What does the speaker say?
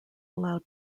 allowed